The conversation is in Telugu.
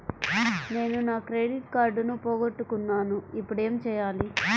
నేను నా క్రెడిట్ కార్డును పోగొట్టుకున్నాను ఇపుడు ఏం చేయాలి?